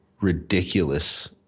ridiculous